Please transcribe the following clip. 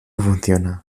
funciona